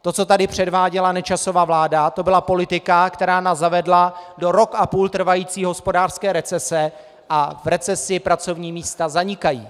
To, co tady předváděla Nečasova vláda, to byla politika, která nás zavedla do rok a půl trvající hospodářské recese, a v recesi pracovní místa zanikají.